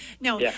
No